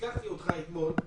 והזכרתי אותך אתמול,